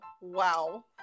wow